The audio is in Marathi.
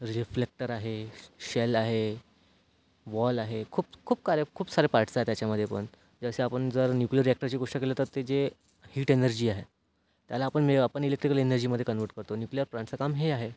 रिफ्लेक्टर आहे शेल आहे वॉल आहे खूप खूप काऱ्या खूप सारे पार्ट्स आहे त्याच्यामध्ये पण जसे आपण जर न्यूक्लिअर रिअॅक्टरची गोष्ट केली तर ते जे हीट एनर्जी आहे त्याला आपण ए आपण इलेक्ट्रिकल एनर्जीमध्ये कन्वर्ट करतो न्यूक्लिअर प्लांटचं काम हे आहे